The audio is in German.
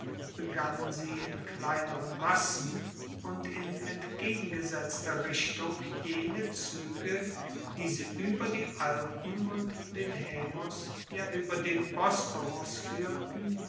begannen sie in kleineren massen und in entgegengesetzter richtung jene zuege die sie ueber die alpen und den haemus ja ueber den bosporus fuehrten